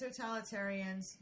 totalitarians